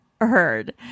heard